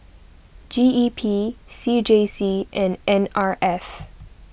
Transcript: G E P C J C and N R F